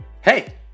Hey